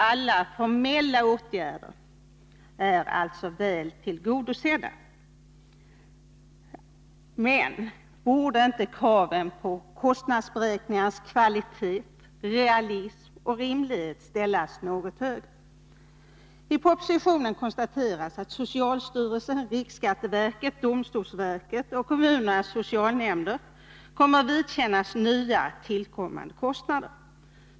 Alla formella åtgärder som skall vidtas är alltså vidtagna. Men borde inte kraven på kostnadsberäkningarnas kvalitet, realism och rimlighet ställas något högre? I propositionen konstateras att socialstyrelsen, riksskatteverket, domstolsverket och kommunernas socialnämnder kommer att vidkännas nya tillkommande kostnader.